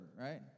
right